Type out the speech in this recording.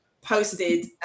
posted